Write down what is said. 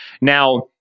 Now